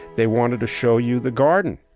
they wanted to show you the garden.